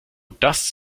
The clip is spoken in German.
das